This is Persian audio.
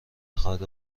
نخواهد